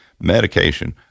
medication